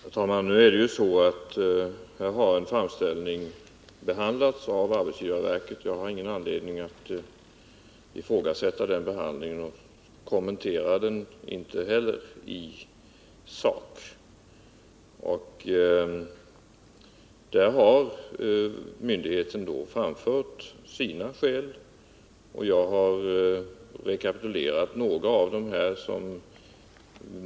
Herr talman! Vad det här gäller är att en framställning har behandlats av arbetsgivarverket. Jag har ingen anledning att ifrågasätta den behandlingen och kommenterar den inte heller i sak. Myndigheten har framfört sina skäl. Några av dem har jag rekapitulerat här.